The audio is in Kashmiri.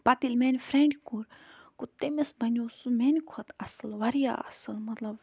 پَتہٕ ییٚلہِ میٛانہِ فرینٛڈِ کوٚر گوٚو تٔمِس بَنیٛوو سُہ میٛانہِ کھۄتہٕ اَصٕل واریاہ اَصٕل مطلب